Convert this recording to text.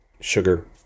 sugar